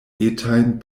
etajn